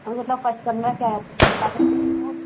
तो मतलब करना क्या है कुछ बता सकते हो